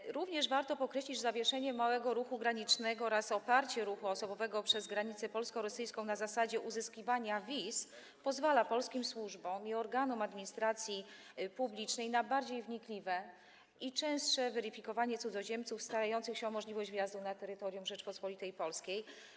Warto również podkreślić, że zawieszenie małego ruchu granicznego oraz oparcie ruchu osobowego przez granicę polsko-rosyjską na zasadzie uzyskiwania wiz pozwala polskim służbom i organom administracji publicznej na bardziej wnikliwe i częstsze weryfikowanie cudzoziemców starających się o możliwość wjazdu na terytorium Rzeczypospolitej Polskiej.